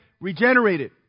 regenerated